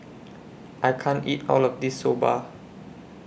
I can't eat All of This Soba